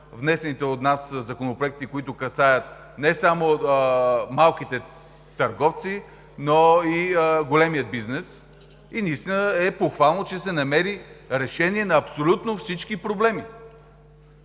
внесените от нас предложения, които касаят не само малките търговци, но и големия бизнес, и е похвално, че се намери решение на абсолютно всички проблеми.